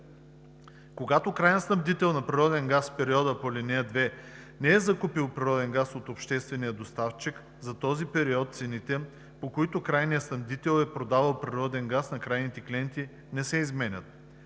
Когато краен снабдител на природен газ в период по ал. 2 не е закупувал природен газ от обществения доставчик, за този период цените, по които крайният снабдител е продавал природен газ на крайни клиенти, не се изменят.